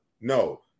No